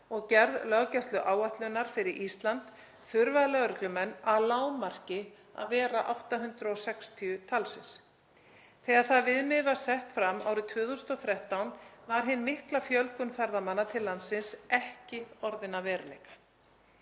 og gerð löggæsluáætlunar fyrir Ísland þurfa lögreglumenn að lágmarki að vera 860 talsins. Þegar það viðmið var sett fram árið 2013 var hin mikla fjölgun ferðamanna til landsins ekki orðin að veruleika.